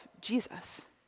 Jesus